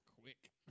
quick